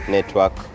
Network